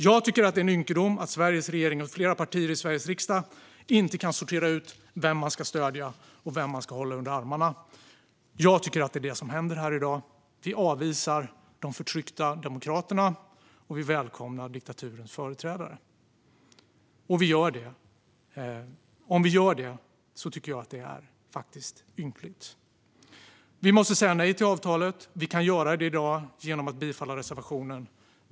Jag tycker att det är en ynkedom att Sveriges regering och flera partier i Sveriges riksdag inte kan sortera ut vem man ska stödja, vem man ska hålla under armarna. Jag tycker att det är det som händer här i dag: Vi avvisar de förtryckta demokraterna och välkomnar diktaturens företrädare. Om vi gör det tycker jag faktiskt att det är ynkligt. Vi måste säga nej till avtalet. Vi kan göra det i dag genom att rösta för bifall till reservationen.